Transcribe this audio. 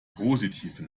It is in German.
positive